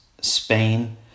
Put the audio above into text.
Spain